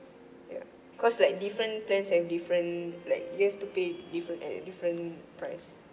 ya cause like different plans have different like you have to pay different at different price